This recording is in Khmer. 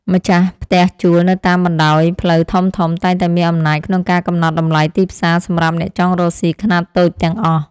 ម្ចាស់ផ្ទះជួលនៅតាមបណ្តោយផ្លូវធំៗតែងតែមានអំណាចក្នុងការកំណត់តម្លៃទីផ្សារសម្រាប់អ្នកចង់រកស៊ីខ្នាតតូចទាំងអស់។